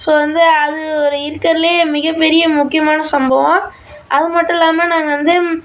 so வந்து அது ஒரு இருக்கிறதுலே மிகப்பெரிய முக்கியமான சம்பவம் அது மட்டும் இல்லாமல் நாங்கள் வந்து